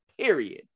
Period